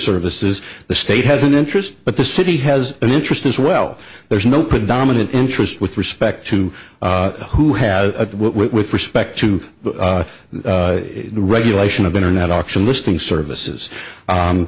is the state has an interest but the city has an interest as well there's no predominant interest with respect to who has a with respect to the regulation of internet auction listing services